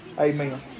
Amen